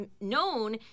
known